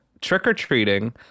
trick-or-treating